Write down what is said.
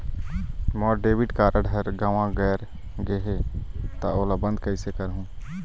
मोर debit card हर गंवा गैर गए हे त ओला बंद कइसे करहूं?